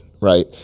Right